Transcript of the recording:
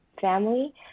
family